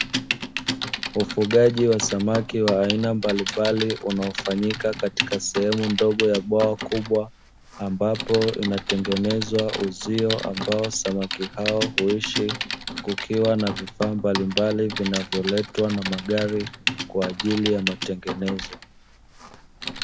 Ufugaji wa samaki wa aina mbalimbali unaofanyika katika sehemu ndogo ya bwawa kubwa ambapo unatengenezwa uzio ambao samaki hao uishi kukiwa na vifaa mbalimbali vinavyoletwa na magari kwaajili ya matengenezo.